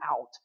out